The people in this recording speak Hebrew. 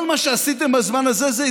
כל מה שעשיתם בזמן הזה,